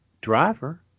driver